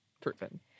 proven